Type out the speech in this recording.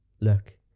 look